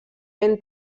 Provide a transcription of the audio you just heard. ben